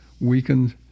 weakened